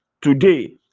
today